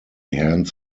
hands